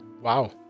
Wow